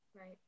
Right